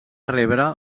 rebre